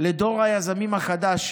לדור היזמים החדש,